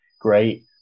great